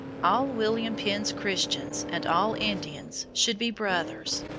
all william penn's christians and all indians should be brothers,